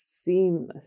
seamless